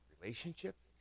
relationships